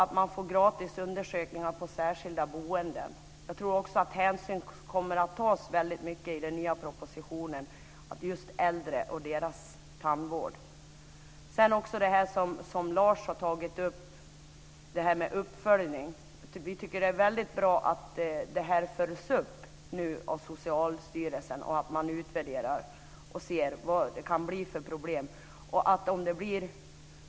Det är ju gratis undersökningar i särskilda boenden, och jag tror att stor hänsyn kommer att tas i den nya propositionen till just äldre och deras tandvård. Lars U Granberg tog upp detta med uppföljning. Vi tycker att det är väldigt bra att det här nu följs upp av Socialstyrelsen och att det görs en utvärdering för att se vilka problem som det kan bli fråga om.